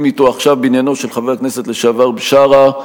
אתו עכשיו בעניינו של חבר הכנסת לשעבר בשארה.